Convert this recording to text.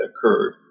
occurred